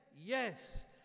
yes